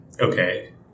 Okay